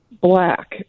black